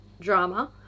drama